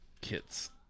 Kits